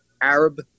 Arab